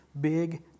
Big